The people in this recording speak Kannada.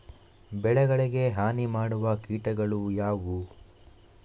ಬೆಳೆಗಳಿಗೆ ಹಾನಿ ಮಾಡುವ ಕೀಟಗಳು ಯಾವುವು?